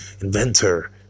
inventor